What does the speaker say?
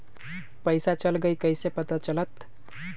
पैसा चल गयी कैसे पता चलत?